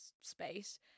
space